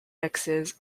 mixes